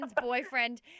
boyfriend